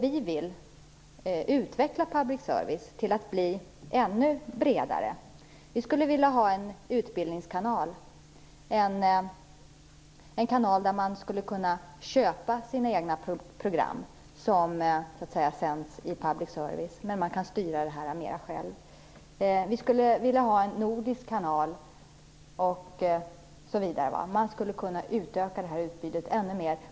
Vi vill utveckla public service till att bli ännu bredare. Vi skulle vilja ha en utbildningskanal, en kanal där man kan köpa sina egna program, som sänds i public service men där man kan styra det mer själv. Vi skulle vilja ha en nordisk kanal, osv; man skulle kunna utöka det här utbudet ännu mer.